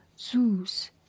Zeus